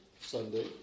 Sunday